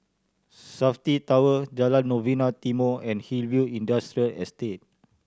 Safti Tower Jalan Novena Timor and Hillview Industrial Estate